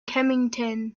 kennington